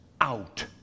out